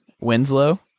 Winslow